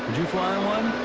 you fly on one?